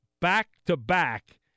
back-to-back